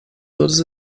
todas